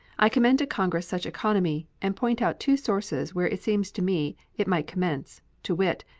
i commend to congress such economy, and point out two sources where it seems to me it might commence, to wit,